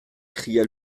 cria